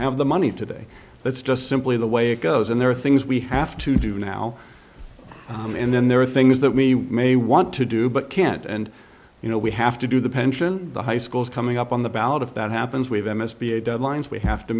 have the money today that's just simply the way it goes and there are things we have to do now and then there are things that we may want to do but can't and you know we have to do the pension the high school is coming up on the ballot if that happens we have m s b a deadlines we have to